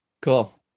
Cool